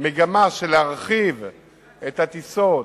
המגמה להרחיב את הטיסות,